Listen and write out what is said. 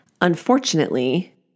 unfortunately